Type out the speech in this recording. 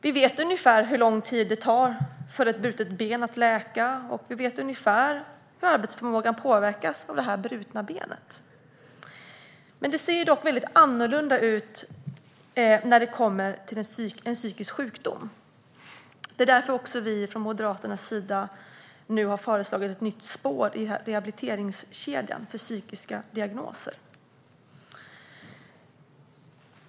Vi vet ungefär hur lång tid det tar för ett brutet ben att läka, och vi vet ungefär hur arbetsförmågan påverkas av det brutna benet. Det ser dock väldigt annorlunda ut när det kommer till en psykisk sjukdom. Det är därför vi från Moderaternas sida har föreslagit ett nytt spår i rehabiliteringskedjan för psykiska diagnoser.